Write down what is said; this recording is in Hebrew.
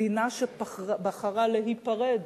מדינה שבחרה להיפרד